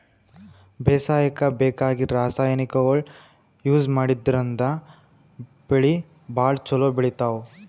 ಬೇಸಾಯಕ್ಕ ಬೇಕಾಗಿದ್ದ್ ರಾಸಾಯನಿಕ್ಗೊಳ್ ಯೂಸ್ ಮಾಡದ್ರಿನ್ದ್ ಬೆಳಿ ಭಾಳ್ ಛಲೋ ಬೆಳಿತಾವ್